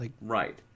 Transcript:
Right